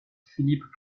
philippe